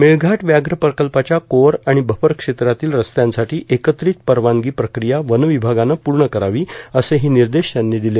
मेळघाट व्याघ्र प्रकल्पाच्या कोअर आणि बफर क्षेत्रातील रस्त्यांसाठी एकत्रित परवानगी प्रक्रिया वन विभागानं पूर्ण करावी असेही निर्देश त्यांनी दिले